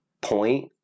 point